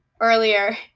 earlier